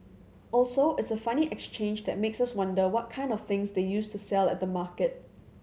also it's a funny exchange that makes us wonder what kind of things they used to sell at the market